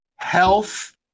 Health